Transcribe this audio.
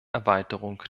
erweiterung